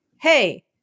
Hey